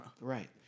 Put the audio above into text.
Right